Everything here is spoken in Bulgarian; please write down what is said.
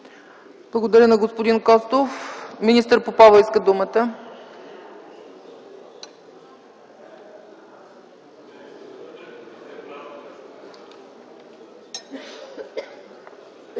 Благодаря на господин Костов. Министър Попова иска думата.